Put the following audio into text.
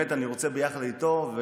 אני רוצה ביחד איתו,